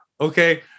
okay